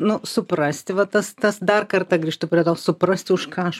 nu suprasti va tas tas dar kartą grįžtu prie to suprasti už ką aš